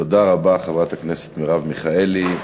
תודה רבה, חברת הכנסת מרב מיכאלי.